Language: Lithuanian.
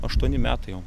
aštuoni metų jau